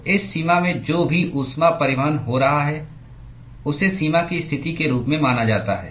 तो इस सीमा में जो भी ऊष्मा परिवहन हो रहा है उसे सीमा की स्थिति के रूप में माना जाता है